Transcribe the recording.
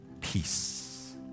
peace